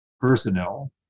personnel